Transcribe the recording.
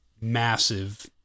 massive